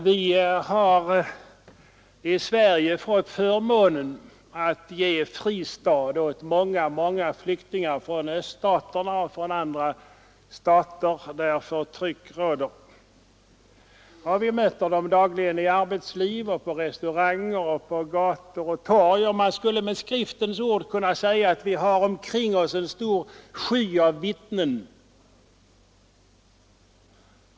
Vi har i Sverige fått förmånen att ge fristad åt många, många flyktingar från Öststaterna och andra stater där förtryck råder. Vi möter dem dagligen i arbetslivet, på restauranger och på gator och torg. Man skulle med Skriftens ord kunna säga att vi har omkring oss en stor ”sky av vittnen”.